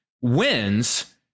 wins